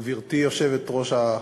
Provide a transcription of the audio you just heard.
גברתי היושבת-ראש,